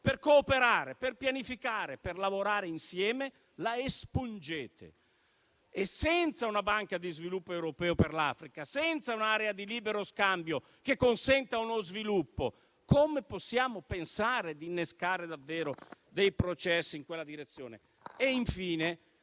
per cooperare, pianificare e lavorare insieme, la espungete. Senza una banca di sviluppo europeo per l'Africa e senza un'area di libero scambio che consenta uno sviluppo, come possiamo pensare di innescare davvero processi in quella direzione?